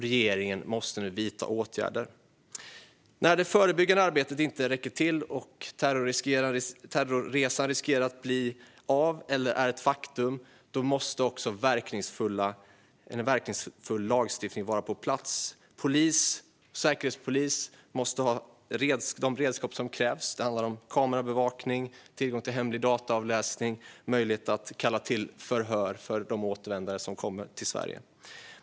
Regeringen måste nu vidta åtgärder. När det förebyggande arbetet inte räcker till och terrorresorna riskerar att bli av eller är ett faktum måste också verkningsfull lagstiftning vara på plats. Polis och säkerhetspolis måste ha de redskap som krävs. Det handlar om kameraövervakning, tillgång till hemlig dataavläsning och möjlighet att kalla till förhör med de återvändare som kommer till Sverige.